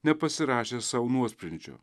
nepasirašęs sau nuosprendžio